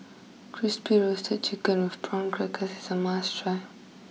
Crispy Roasted Chicken with Prawn Crackers is a must try